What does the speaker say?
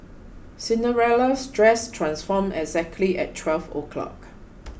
Cinderella's dress transformed exactly at twelve o'clock